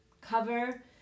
cover